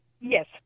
Yes